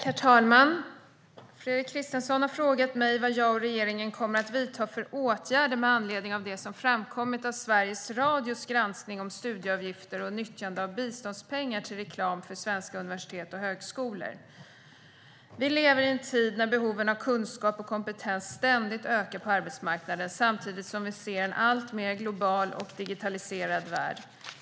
Herr talman! Fredrik Christensson har frågat mig vad jag och regeringen kommer att vidta för åtgärder med anledning av det som framkommit av Sveriges Radios granskning om studieavgifter och nyttjande av biståndspengar till reklam för svenska universitet och högskolor. Vi lever i en tid när behoven av kunskap och kompetens ständigt ökar på arbetsmarknaden, samtidigt som vi ser en alltmer global och digitaliserad värld.